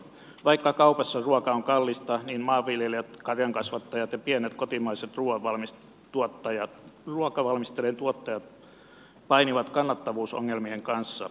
vaikka kaupassa ruoka on kallista niin maanviljelijät karjankasvattajat ja pienet kotimaiset ruokavalmisteiden tuottajat painivat kannattavuusongelmien kanssa